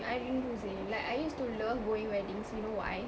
I rindu seh like I used to love going weddings you know why